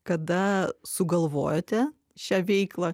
kada sugalvojote šią veiklą